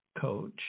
coach